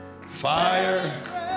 fire